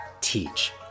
Teach